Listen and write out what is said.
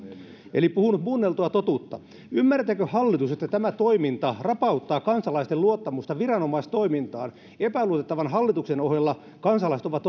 eli olisi puhunut muunneltua totuutta ymmärtääkö hallitus että tämä toiminta rapauttaa kansalaisten luottamusta viranomaistoimintaan epäluotettavan hallituksen ohella kansalaiset ovat